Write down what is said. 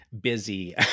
busy